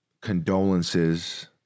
condolences